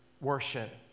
worship